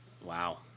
Wow